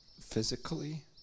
physically